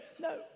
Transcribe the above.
no